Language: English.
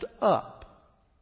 up